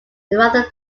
rather